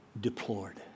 deplored